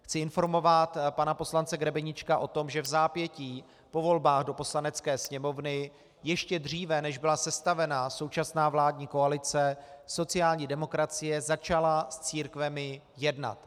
Chci informovat pana poslance Grebeníčka o tom, že vzápětí po volbách do Poslanecké sněmovny, ještě dříve, než byla sestavena současná vládní koalice, sociální demokracie začala s církvemi jednat.